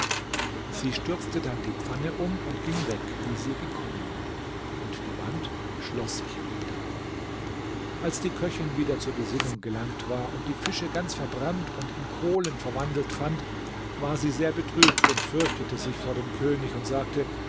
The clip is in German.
sie stürzte dann die pfanne um und ging weg wie sie gekommen war und die wand schloß sich wieder als die köchin wieder zur besinnung gelangt war und die fische ganz verbrannt und in kohlen verwandelt fand war sie sehr betrübt und fürchtete sich vor dem könig und sagte